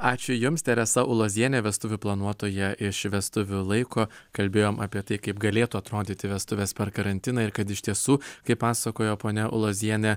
ačiū jums teresa ulozienė vestuvių planuotoja iš vestuvių laiko kalbėjom apie tai kaip galėtų atrodyti vestuvės per karantiną ir kad iš tiesų kaip pasakojo ponia ulozienė